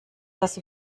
das